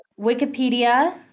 Wikipedia